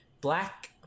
black